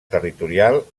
territorial